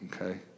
Okay